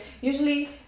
usually